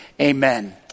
Amen